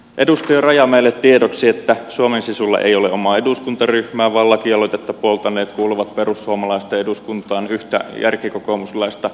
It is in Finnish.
edustaja rajamäelle tiedoksi että suomen sisulla ei ole omaa eduskuntaryhmää vaan lakialoitetta puoltaneet kuuluvat perussuomalaisten eduskuntaryhmään yhtä järkikokoomuslaista lukuun ottamatta